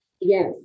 Yes